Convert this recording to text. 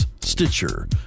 Stitcher